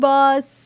Boss